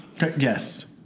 Yes